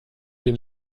den